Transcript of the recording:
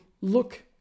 look